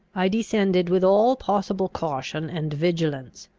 i descended with all possible caution and vigilance,